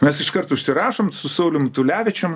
mes iškart užsirašom su saulium tulevičium